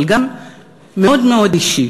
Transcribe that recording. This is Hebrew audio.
אבל גם מאוד מאוד אישי